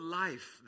life